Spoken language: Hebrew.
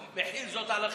מחיל זאת על אחרים?